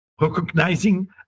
recognizing